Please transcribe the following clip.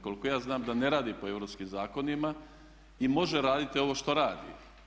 Koliko ja znam da ne radi po europskim zakonima i može raditi ovo što radi.